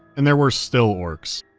and there were still orks.